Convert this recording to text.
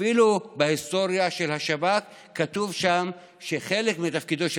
אפילו בהיסטוריה של השב"כ כתוב שחלק מתפקידו של